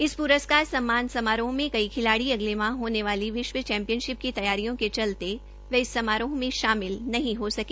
इस प्रस्कार सम्मान समारोह में कई खिलाड़ी अगले माह होने वाली विश्व चैंपियनशिप की तैयारियों के चलते वह इस समारोह में शामिल नहीं हो सके